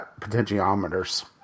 potentiometers